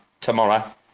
tomorrow